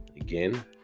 Again